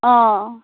অঁ